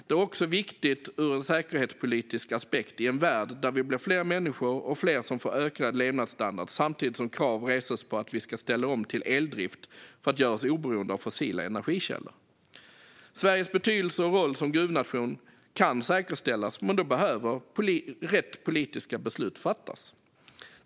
Det är också viktigt ur en säkerhetspolitisk aspekt i en värld där vi blir fler människor och fler som får ökad levnadsstandard samtidigt som krav reses på att vi ska ställa om till eldrift för att göra oss oberoende av fossila energikällor. Sveriges betydelse och roll som gruvnation kan säkerställas, men då behöver rätt politiska beslut fattas.